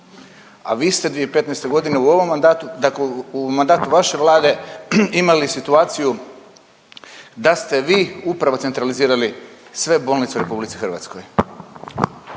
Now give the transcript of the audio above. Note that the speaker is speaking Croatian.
a vi ste 2015.g. u ovom mandatu dakle u mandatu vaše vlade imali situaciju da ste vi upravo centralizirali sve bolnice u RH.